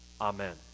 Amen